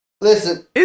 Listen